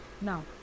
Now